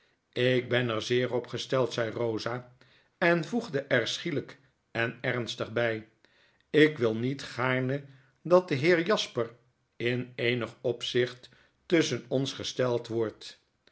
ik ben er zeer op gesteld zei rosa en voegde er schieltjk en ernstig by ik wil niet gaarne dat de heer jasper in eenig opzicht tusschen ons gesteld wordt